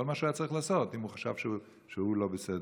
כל מה שהוא היה צריך לעשות אם הוא חשב שהוא לא בסדר.